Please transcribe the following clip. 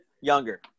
Younger